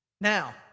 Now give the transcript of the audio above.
Now